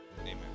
Amen